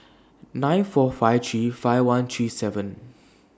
nine four five three five one three seven